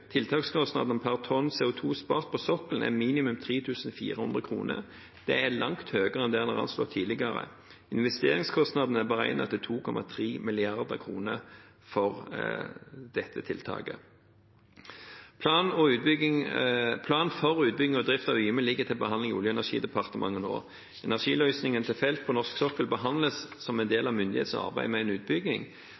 Tiltakskostnadene per tonn CO 2 spart på sokkelen er minimum 3 400 kr. Det er langt høyere enn det en har anslått tidligere. Investeringskostnadene er beregnet til 2,3 mrd. kr for dette tiltaket. Plan for utbygging og drift av Yme ligger til behandling i Olje- og energidepartementet nå. Energiløsningen til felt på norsk sokkel behandles som en del